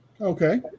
Okay